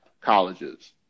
colleges